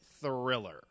Thriller